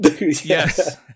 Yes